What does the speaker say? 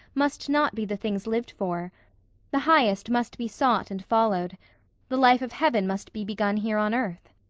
must not be the things lived for the highest must be sought and followed the life of heaven must be begun here on earth.